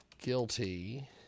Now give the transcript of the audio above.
guilty